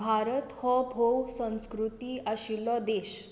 भारत हो भोव संस्कृती आशिल्लो देश